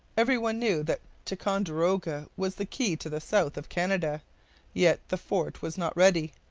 every one knew that ticonderoga was the key to the south of canada yet the fort was not ready,